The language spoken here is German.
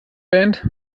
band